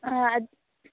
অঁ